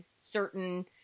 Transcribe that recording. certain